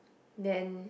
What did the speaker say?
then